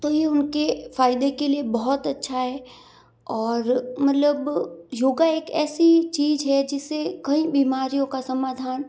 तो ही उनके फायदे के लिए बहुत अच्छा है और मतलब योग एक ऐसी चीज़ है जिससे कई बीमारियों का समाधान